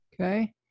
okay